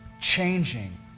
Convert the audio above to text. changing